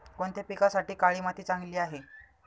कोणत्या पिकासाठी काळी माती चांगली आहे?